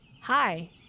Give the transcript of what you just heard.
Hi